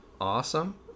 awesome